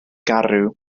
garw